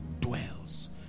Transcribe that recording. dwells